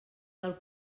del